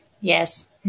Yes